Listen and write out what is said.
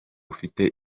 bifite